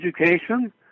education